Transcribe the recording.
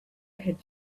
had